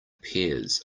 pears